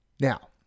Now